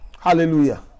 hallelujah